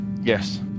Yes